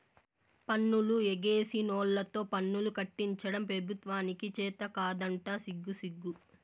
పన్నులు ఎగేసినోల్లతో పన్నులు కట్టించడం పెబుత్వానికి చేతకాదంట సిగ్గుసిగ్గు